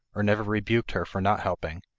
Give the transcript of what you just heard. or never rebuked her for not helping,